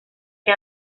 que